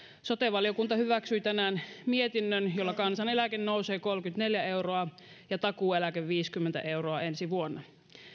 sote valiokunta hyväksyi tänään mietinnön jolla kansaneläke nousee kolmekymmentäneljä euroa ja takuueläke viisikymmentä euroa ensi vuonna